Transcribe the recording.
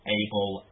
able